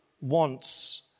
wants